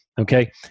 Okay